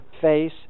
Face